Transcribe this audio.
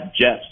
jets